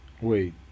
wait